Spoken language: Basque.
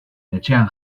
etxean